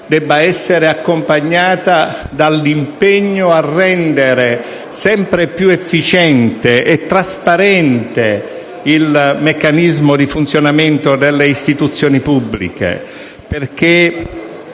debba essere accompagnata dall'impegno a rendere sempre più efficiente e trasparente il meccanismo di funzionamento delle istituzioni pubbliche,